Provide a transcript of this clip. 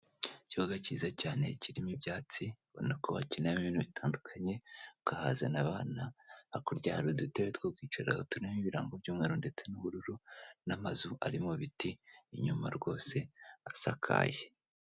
Ikibuga cyiza cyane kirimo ibyatsi urabona ko bakiniramo ibintu bitandukanye ukahazana abana hakurya hari udutebe two kwicara turimo ibirambo by'umweru ndetse n'ubururu n'amazu ari mu biti inyuma rwose asakaye.